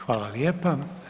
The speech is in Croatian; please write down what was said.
Hvala lijepa.